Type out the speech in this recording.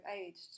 aged